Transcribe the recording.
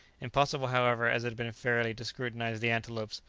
impossible, however, as it had been fairly to scrutinize the antelopes,